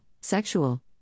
sexual